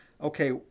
okay